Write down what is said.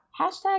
Hashtag